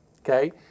Okay